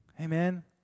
Amen